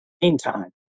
meantime